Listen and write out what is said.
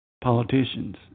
politicians